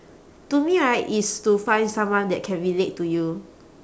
to me right is to find someone that can relate to you